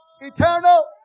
Eternal